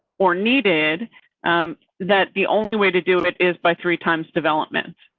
or needed that the only way to do it is by three times development.